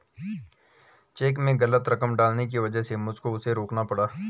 check में गलत रकम डालने की वजह से मुझको उसे रोकना पड़ा